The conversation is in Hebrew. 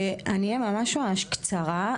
אני אהיה ממש ממש קצרה,